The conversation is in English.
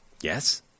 Yes